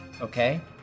Okay